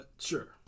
sure